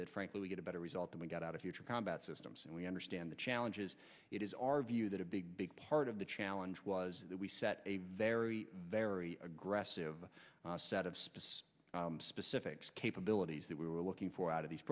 that frankly we get a better result than we get out of future combat systems and we understand the challenges it is our view that a big big part of the challenge was that we set a very very aggressive set of specific specifics capabilities that we were looking for out of these